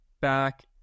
back